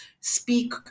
speak